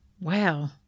wow